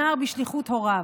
הנער בשליחות הוריו.